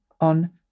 on